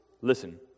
Listen